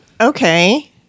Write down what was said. Okay